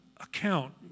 account